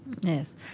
Yes